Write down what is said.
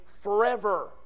forever